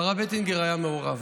שמעת שהיה פיגוע בצומת אריאל?